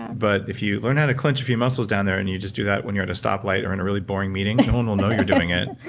but if you learn how to clench a few muscles down there, and you just do that when you're at a stoplight, or in a really boring meeting, no one will know you're doing it.